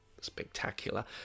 spectacular